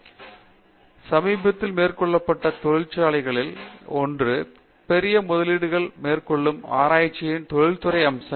பேராசிரியர் சத்யநாராயண நா கும்மடி எனவே சமீபத்தில் மேற்கொள்ளப்பட்ட தொழில்துறைகளில் ஒன்று பெரிய முதலீடுகள் மேற்கொள்ளும் ஆராய்ச்சியின் தொழில்துறை அம்சங்கள்